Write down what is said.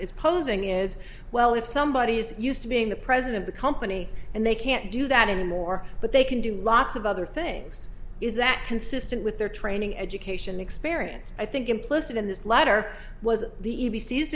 is posing is well if somebody is used to being the president the company and they can't do that anymore but they can do lots of other things is that consistent with their training education experience i think implicit in this letter was the